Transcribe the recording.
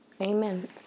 Amen